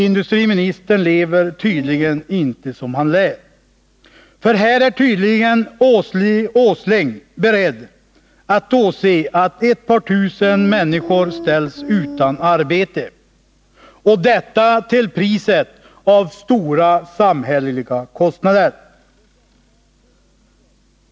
Industriministern lever tydligen inte som han lär, för här tycks han vara beredd att åse att ett par tusen människor ställs utan arbete, och detta till priset av stora samhälleliga kostnader.